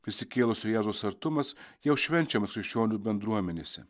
prisikėlusio jėzaus artumas jau švenčiamas krikščionių bendruomenėse